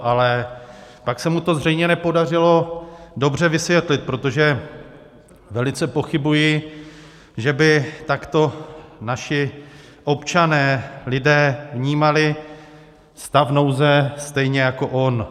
Ale pak se mu to zřejmě nepodařilo dobře vysvětlit, protože velice pochybuji, že by takto naši občané, lidé, vnímali stav nouze stejně jako on.